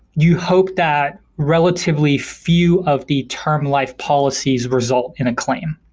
you hope that relatively few of the term life policies result in a claim.